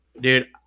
Dude